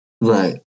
Right